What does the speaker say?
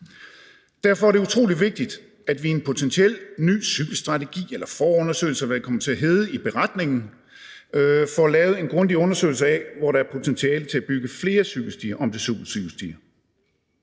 Derfor er det utrolig vigtigt, at vi med en potentiel ny cykelstrategi eller forundersøgelse, eller hvad det kommer til at hedde i beretningen, får lavet en grundig undersøgelse af, hvor der er potentiale til at bygge flere cykelstier og supercykelstier.